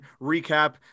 recap